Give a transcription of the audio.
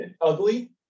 ugly